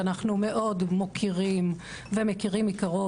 שאנחנו מאוד מוקירים ומכירים מקרוב,